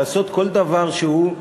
לעשות כל דבר שהוא.